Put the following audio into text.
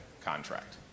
contract